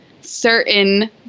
certain